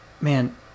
man